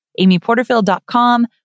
amyporterfield.com